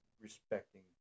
respecting